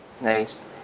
Nice